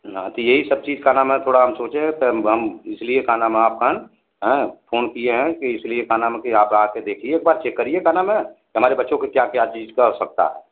ना तो यही सब चीज़ का नाम है थोड़ा हम सोचे है ता हम इसलिए का नाम है आपका आँ फ़ोन किए है कि इसलिए का नाम है कि आप आके देखिए एक बार चेक करिए का नाम है कि हमारे बच्चों को क्या क्या चीज़ का आवश्यकता है